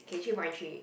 okay three point three